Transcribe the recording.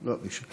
לא ביקשו.